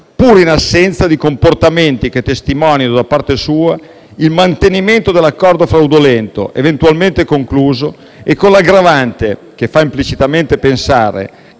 pur in assenza di comportamenti che testimonino da parte sua il mantenimento dell'accordo fraudolento eventualmente concluso, e con l'aggravante - che fa implicitamente pensare